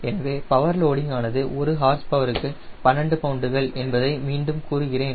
எனவே power loading ஆனது ஒரு ஹார்ஸ் பவருக்கு 12 பவுண்டுகள் என்பதை மீண்டும் கூறுகிறேன்